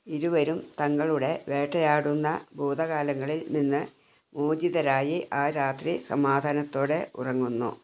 ഇരുവരും തങ്ങളുടെ വേട്ടയാടുന്ന ഭൂതകാലങ്ങളിൽ നിന്ന് മോചിതരായി ആ രാത്രി സമാധാനത്തോടെ ഉറങ്ങുന്നു